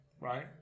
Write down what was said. right